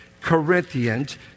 Corinthians